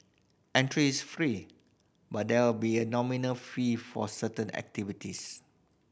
entry is free but there will be a nominal fee for certain activities